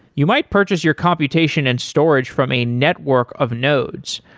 you might purchase your computation and storage from a network of nodes.